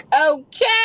Okay